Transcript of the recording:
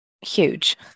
huge